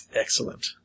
Excellent